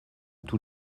tous